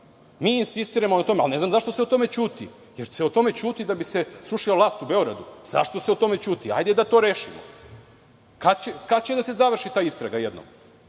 Mi insistiramo na tome, ali ne znam zašto se o tome ćuti. Da li se o tome se ćuti da bi se srušila vlast u Beogradu. Zašto se o tome ćuti? Hajde da to rešimo. Kada će da se završi ta istraga jednom. Mi